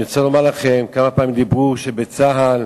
כמה פעמים דיברו שבצה"ל